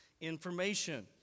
information